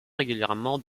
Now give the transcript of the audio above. régulièrement